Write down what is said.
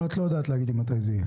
אבל את לא יודעת להגיד מתי זה יהיה?